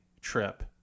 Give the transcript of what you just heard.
trip